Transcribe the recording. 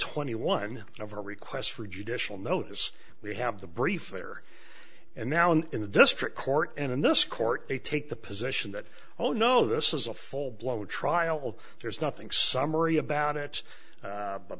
twenty one of her requests for judicial notice we have the brief for her and now and in the district court and in this court they take the position that oh no this is a full blown trial there's nothing summary about it